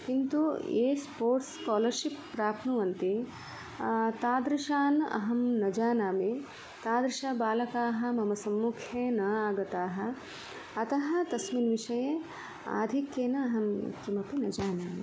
किन्तु ये sports scholarship प्राप्नुवन्ति तादृशान् अहं न जानामि तादृशबालकाः मम सम्मुखे न आगताः अतः तस्मिन् विषये आधिक्येन अहं किमपि न जानामि